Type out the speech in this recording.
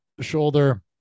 Shoulder